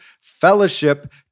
fellowship